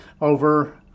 over